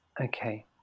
Okay